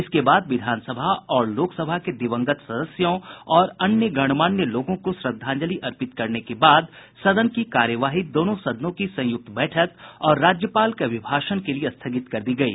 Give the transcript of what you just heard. इसके बाद विधानसभा और लोकसभा के दिवंगत सदस्यों और अन्य गणमान्य लोगों को श्रद्वांजलि अर्पित करने के बाद सदन की कार्यवाही दोनों सदनों की संयुक्त बैठक और राज्यपाल के अभिभाषण के लिए स्थगित कर दी गयी